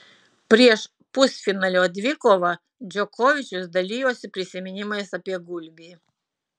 prieš pusfinalio dvikovą džokovičius dalijosi prisiminimais apie gulbį